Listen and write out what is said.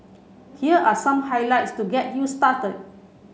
here are some highlights to get you started